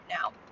now